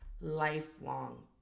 lifelong